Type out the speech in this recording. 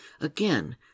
Again